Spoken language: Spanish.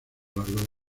largo